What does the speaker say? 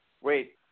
wait